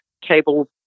cable